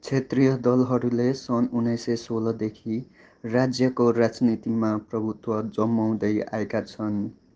क्षेत्रीय दलहरूले सन् उन्नाइस सय सोह्र देखि राज्यको राजनीतिमा प्रभुत्व जमाउँदै आएका छन्